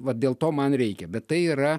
vat dėl to man reikia bet tai yra